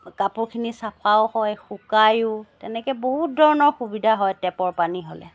কাপোৰখিনি চফাও হয় শুকায়ো তেনেকৈ বহুত ধৰণৰ সুবিধা হয় টেপৰ পানী হ'লে